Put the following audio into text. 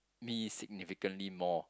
me significantly more